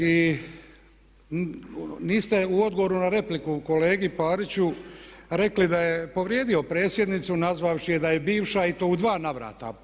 I niste u odgovoru na repliku kolegi Pariću rekli da je povrijedio predsjednicu nazvavši je da je bivša i to u dva navrata.